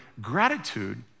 gratitude